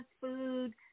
food